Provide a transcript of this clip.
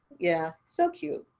yeah, so cute.